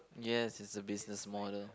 yes it's a business model